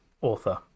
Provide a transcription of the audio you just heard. author